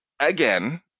Again